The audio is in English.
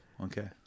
Okay